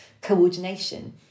coordination